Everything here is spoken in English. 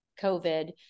COVID